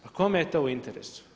Pa kome je to u interesu?